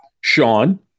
Sean